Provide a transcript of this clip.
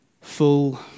full